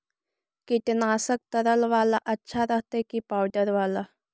कीटनाशक तरल बाला अच्छा रहतै कि पाउडर बाला?